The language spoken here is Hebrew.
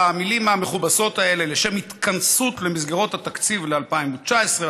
במילים המכובסות האלה: לשם התכנסות למסגרות התקציב ל-2019,